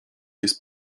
jest